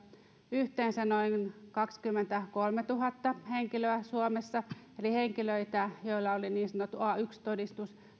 yhteensä noin kaksikymmentäkolmetuhatta henkilöä eli henkilöitä joilla oli niin sanottu a yksi todistus